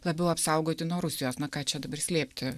labiau apsaugoti nuo rusijos na ką čia dabar slėpti